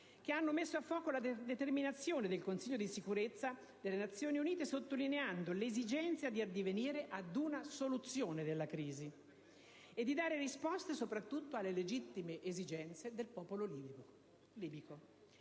che hanno messo a fuoco la determinazione del Consiglio di sicurezza delle Nazioni Unite, sottolineando l'esigenza di addivenire ad una soluzione della crisi e di dare risposta soprattutto alle legittime esigenze del popolo libico.